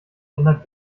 ändert